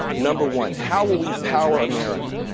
number one, how will we power america,